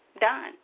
done